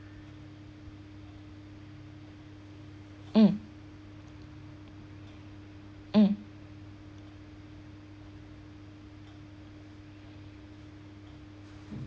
mm mm